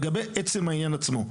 לגבי העניין עצמו.